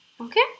Okay